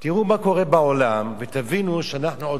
תראו מה קורה בעולם ותבינו שאנחנו עוד